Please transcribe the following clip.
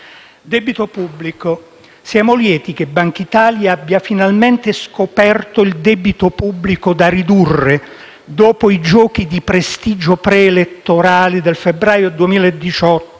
Debito pubblico: siamo lieti che Bankitalia abbia finalmente scoperto il debito pubblico da ridurre, dopo i giochi di prestigio preelettorali del febbraio 2018